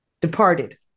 Departed